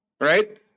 Right